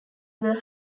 were